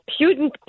Putin